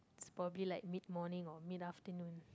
is probably like mid morning or mid afternoon